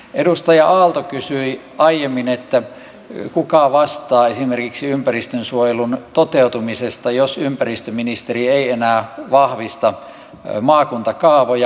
edustaja aalto kysyi aiemmin kuka vastaa esimerkiksi ympäristönsuojelun toteutumisesta jos ympäristöministeri ei enää vahvista maakuntakaavoja